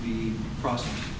the process